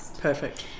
perfect